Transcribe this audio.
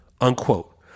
unquote